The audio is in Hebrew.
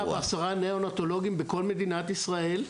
110 ניאונטולוגים בכל מדינת ישראל,